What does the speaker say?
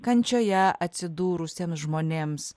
kančioje atsidūrusiems žmonėms